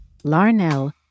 Larnell